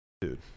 dude